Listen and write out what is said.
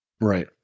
Right